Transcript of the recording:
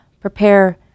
prepare